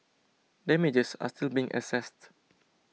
damages are still being assessed